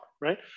right